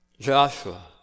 Joshua